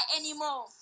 anymore